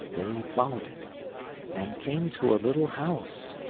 they followed it and came to a little house,